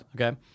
Okay